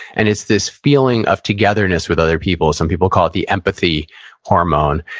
and it's this feeling of togetherness with other people. some people call it the empathy hormone.